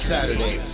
Saturday